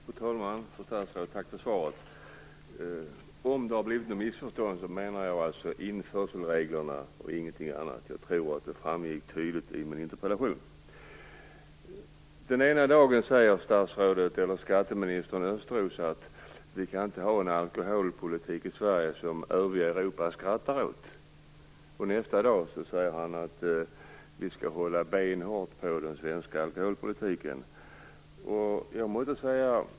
Fru talman! Fru statsråd! Tack för svaret! Om det har blivit något missförstånd, kan jag tala om att jag menade införselreglerna och ingenting annat. Jag tror att det framgick tydligt i min interpellation. Den ena dagen säger skatteminister Östros att vi inte kan ha en alkoholpolitik i Sverige som övriga Europa skrattar åt. Nästa dag säger han att vi skall hålla benhårt på den svenska alkoholpolitiken.